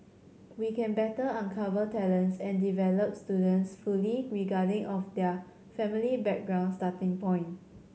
we can better uncover talents and develop students fully regarding of their family background starting point